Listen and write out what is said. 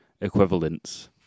equivalents